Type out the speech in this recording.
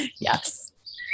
Yes